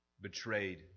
betrayed